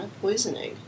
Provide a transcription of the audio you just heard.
poisoning